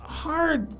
hard